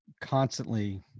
constantly